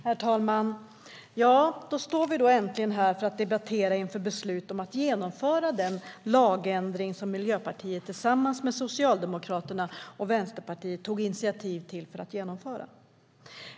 Herr talman! Då står vi äntligen här för att debattera inför beslutet om att genomföra den lagändring som Miljöpartiet tillsammans med Socialdemokraterna och Vänsterpartiet tog initiativ till.